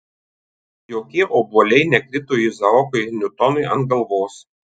jokie obuoliai nekrito izaokui niutonui ant galvos